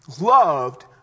loved